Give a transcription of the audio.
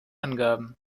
angaben